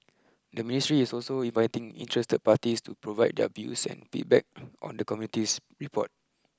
the ministry is also inviting interested parties to provide their views and feedback on the committee's report